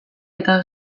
eta